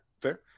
fair